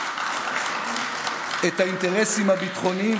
שמבטיח את האינטרסים הביטחוניים